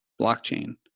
blockchain